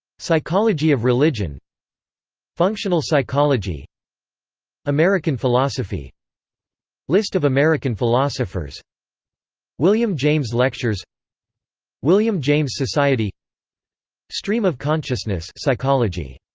psychology of religion functional psychology american philosophy list of american philosophers william james lectures william james society stream of consciousness psychology